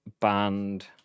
Band